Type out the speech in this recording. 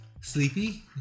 Sleepy